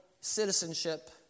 citizenship